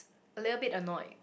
a little bit annoyed